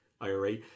IRA